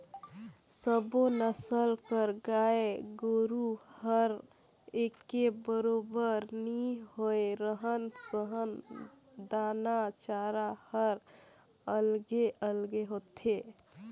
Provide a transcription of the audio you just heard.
सब्बो नसल कर गाय गोरु हर एके बरोबर नी होय, रहन सहन, दाना चारा हर अलगे अलगे होथे